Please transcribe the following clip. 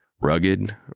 rugged